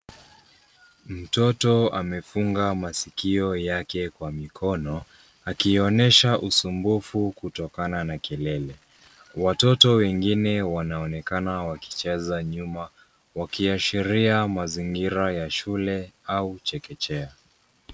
Mtoto amefunga masikio yake kwa mkono akionyesha usumbufu kutokana na kelele. Watoto wengine wanaonekana wakicheza nyuma wakiashiria mazingira ya shule au chekechea.